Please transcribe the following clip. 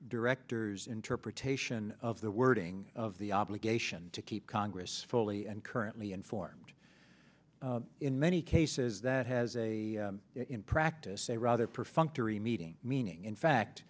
director's interpretation of the wording of the obligation to keep congress fully and currently informed in many cases that has a practice a rather perfunctory meeting meaning in fact